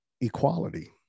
equality